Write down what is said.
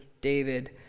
David